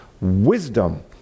Wisdom